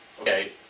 okay